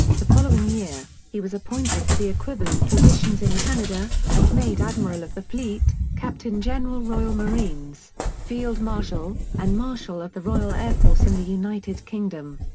the following year, he was appointed to the equivalent positions in canada, and made admiral of the fleet, captain general royal marines, field marshal, marshal, and marshal of the royal air force in the united kingdom.